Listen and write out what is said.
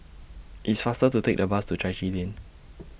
It's faster to Take The Bus to Chai Chee Lane